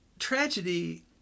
Tragedy